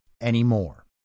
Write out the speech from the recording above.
anymore